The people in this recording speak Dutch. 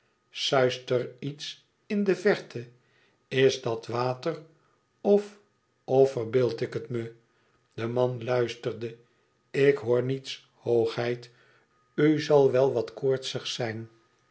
suist er iets in de verte is dat water of of verbeeld ik het me de man luisterde ik hoor niets hoogheid u zal wat koortsig zijn